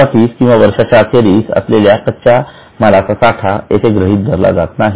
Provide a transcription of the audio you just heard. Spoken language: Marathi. सुरुवातीस किंवा वर्षाच्या अखेरीस असलेल्या कच्च्या मालाचा साठा येथे गृहीत धरला जात नाही